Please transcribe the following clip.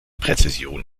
präzision